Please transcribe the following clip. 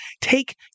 take